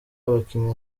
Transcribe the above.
abakinnyi